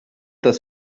das